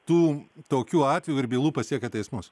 tų tokių atvejų ir bylų pasiekia teismus